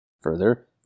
Further